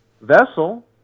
vessel